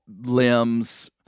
limbs